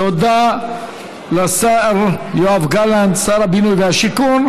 תודה לשר יואב גלנט, שר הבינוי והשיכון.